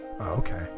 okay